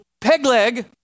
Pegleg